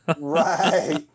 Right